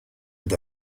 and